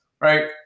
Right